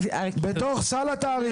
בתוך סל התעריפים.